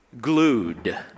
glued